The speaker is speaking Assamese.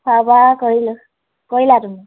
খোৱা বোৱা কৰিলোঁ কৰিলা তুমি